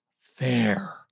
fair